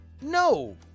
no